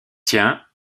tiens